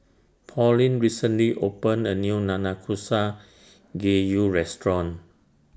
Pauline recently opened A New Nanakusa Gayu Restaurant